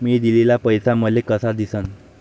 मी दिलेला पैसा मले कसा दिसन?